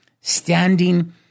standing